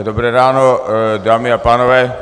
Dobré ráno, dámy a pánové.